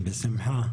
בשמחה.